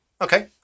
okay